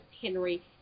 Henry